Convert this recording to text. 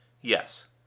Yes